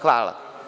Hvala.